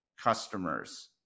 customers